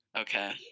Okay